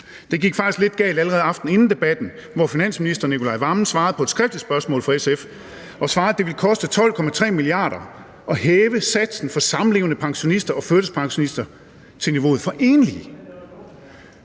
faktisk lidt galt allerede aftenen inden debatten, hvor finansministeren svarede på et skriftligt spørgsmål fra SF og svarede, at det ville koste 12,3 mia. kr. at hæve satsen for samlevende pensionister og førtidspensionister til niveauet for enlige.